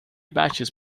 batches